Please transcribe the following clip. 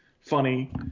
funny